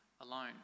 alone